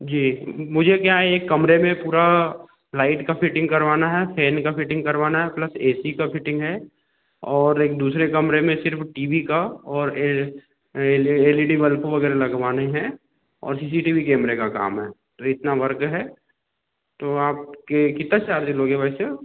जी मुझे क्या है एक कमरे में पूरा लाइट का फ़िटिंग करवाना है फ़ेन का फ़िटिंग करवाना है प्लस ए सी का फ़िटिंग है और एक दूसरे कमरे में सिर्फ टी वी और A L L E D work वगैरह लगवाने हैं और सी सी टी वी कैमरे का काम है अभी इतना वर्क है तो आपके कितना चार्ज लोगे वैसे आप